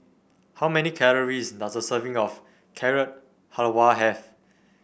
how many calories does a serving of Carrot Halwa have